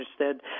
understood